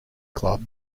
club